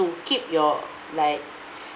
keep your like